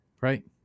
right